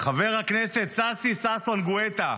חבר הכנסת ששי ששון גואטה,